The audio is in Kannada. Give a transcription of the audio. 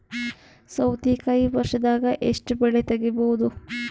ಸೌತಿಕಾಯಿ ವರ್ಷದಾಗ್ ಎಷ್ಟ್ ಬೆಳೆ ತೆಗೆಯಬಹುದು?